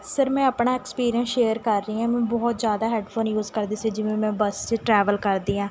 sir ਮੈਂ ਆਪਣਾ experience share ਕਰ ਰਹੀ ਹਾਂ ਮੈਂ ਬਹੁਤ ਜ਼ਿਆਦਾ ਹੈਡਫੋਨ ਯੂਜ਼ ਕਰਦੀ ਸੀ ਜਿਵੇਂ ਮੈਂ ਬੱਸ 'ਚ ਟਰੈਵਲ ਕਰਦੀ ਹਾਂ